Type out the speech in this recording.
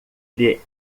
lhe